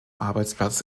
arbeitsplatz